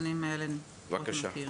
בבקשה.